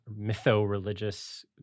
mytho-religious